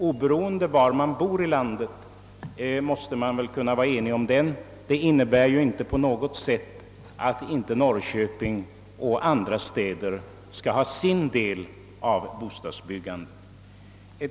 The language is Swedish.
Oberoende av var vi bor i landet måste vi väl kunna vara ense om att detta icke på något sätt innebär att Norrköping och andra städer inte skall ha sin del av bostadsbyggandet.